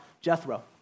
Jethro